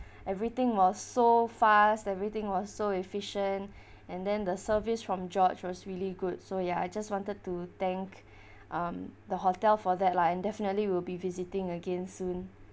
everything was so fast everything was so efficient and then the service from george was really good so ya I just wanted to thank um the hotel for that lah and definitely we'll be visiting again soon